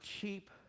cheap